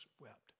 wept